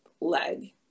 leg